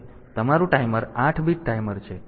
તેથી તમારું timer 8 bit timer છે